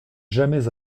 jamais